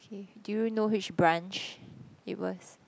K do you know which branch it was